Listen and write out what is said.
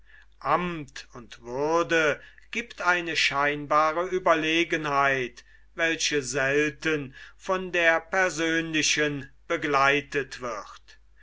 amt und würde giebt eine scheinbare überlegenheit welche selten von der persönlichen begleitet wird